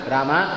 Rama